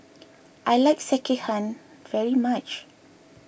I like Sekihan very much